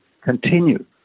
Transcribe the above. continue